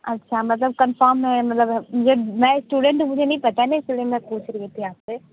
अच्छा मतलब कन्फ़र्म है मतलब मैं इस्टूडेंट हूँ मुझे नहीं पता ना इसी लिए मैं पूछ रही थी आप से